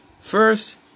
First